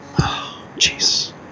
jeez